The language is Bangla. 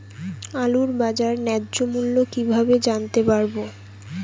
আলুর বাজার ন্যায্য মূল্য কিভাবে জানতে পারবো?